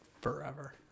forever